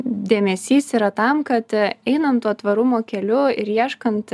dėmesys yra tam kad einant tuo tvarumo keliu ir ieškant